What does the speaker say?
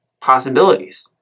possibilities